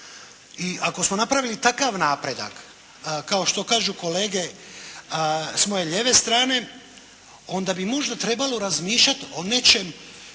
i ako smo napravili takav napredak kao što kažu kolege s moje lijeve strane onda bi možda trebalo razmišljati o nečem